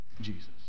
Jesus